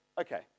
okay